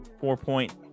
four-point